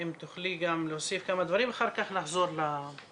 אם תוכלי להוסיף כמה דברים ואחר כך נחזור לשאלות.